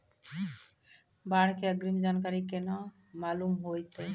बाढ़ के अग्रिम जानकारी केना मालूम होइतै?